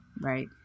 Right